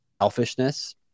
selfishness